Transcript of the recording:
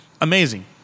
Amazing